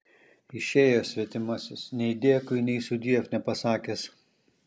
išėjo svetimasis nei dėkui nei sudiev nepasakęs